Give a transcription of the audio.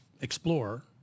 explorer